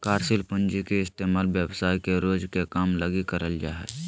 कार्यशील पूँजी के इस्तेमाल व्यवसाय के रोज के काम लगी करल जा हय